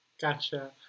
Gotcha